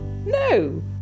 No